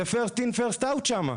זה First in first out שם.